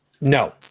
No